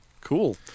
Cool